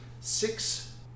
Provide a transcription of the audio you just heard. six